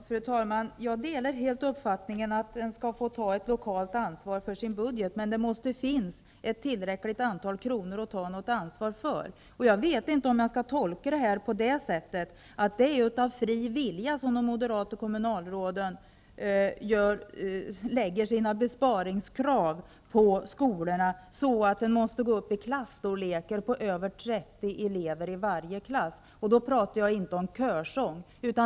Fru talman! Jag delar helt uppfattningen att man lokalt skall få ta ansvar för sin budget. Det måste emellertid finnas ett antal kronor att ta något ansvar för. Jag vet inte om jag skall göra den tolkningen att det är av fri vilja som moderata kommunalråd lägger besparingskrav på skolorna med den påföljden att man får klasser med fler än 30 elever. Jag talar nu inte om körsång.